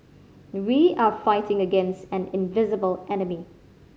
we are fighting against an invisible enemy